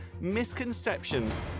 misconceptions